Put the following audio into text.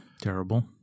terrible